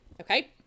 Okay